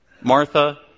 Martha